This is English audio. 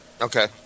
Okay